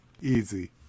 Easy